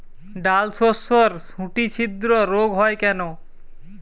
ডালশস্যর শুটি ছিদ্র রোগ হয় কেন?